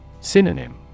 Synonym